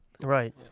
Right